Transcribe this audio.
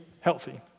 healthy